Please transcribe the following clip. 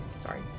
Sorry